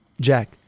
Jack